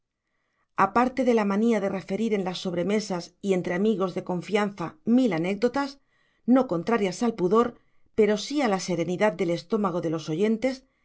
aparte de la manía de referir en las sobremesas y entre amigos de confianza mil anécdotas no contrarias al pudor pero sí a la serenidad del estómago de los oyentes